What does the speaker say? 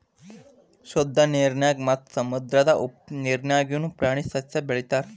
ಶುದ್ದ ನೇರಿನ್ಯಾಗ ಮತ್ತ ಸಮುದ್ರದ ಉಪ್ಪ ನೇರಿನ್ಯಾಗುನು ಪ್ರಾಣಿ ಸಸ್ಯಾ ಬೆಳಿತಾರ